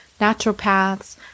naturopaths